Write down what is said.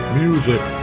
music